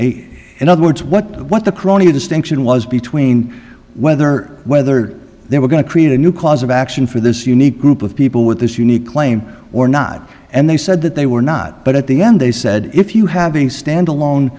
have in other words what what the crony distinction was between whether whether they were going to create a new cause of action for this unique group of people with this unique claim or not and they said that they were not but at the end they said if you having standalone